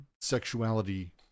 sexuality